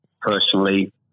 personally